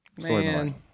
Man